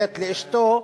גט לאשתו,